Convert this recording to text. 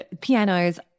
pianos